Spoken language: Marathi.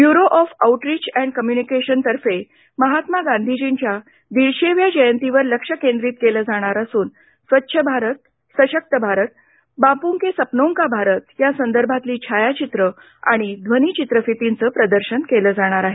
ब्युरो ऑफ आउटरिच अँड कम्युनिकेशनतर्फे महात्मा गांधीजींच्या दीडशेव्या जयंतीवर लक्ष्य केंद्रित केलं जाणार असून स्वच्छ भारत सशक्त भारत बापू के सपनों का भारत या संदर्भातली छायाचित्र आणि ध्वनी चित्रफितींचं प्रदर्शन केलं जाणार आहे